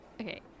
Okay